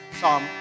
Psalm